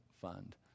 Fund